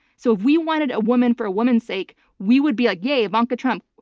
so if we wanted a woman for woman's sake we would be like, yay ivanka trump.